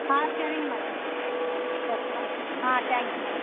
ஆ சரிங்க மேடம் ஆ thank you madam